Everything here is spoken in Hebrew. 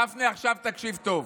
גפני, עכשיו תקשיב טוב.